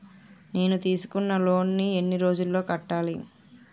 నేను తీసుకున్న లోన్ నీ ఎన్ని రోజుల్లో కట్టాలి?